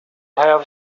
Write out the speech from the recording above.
have